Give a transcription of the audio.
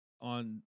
on